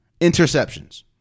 interceptions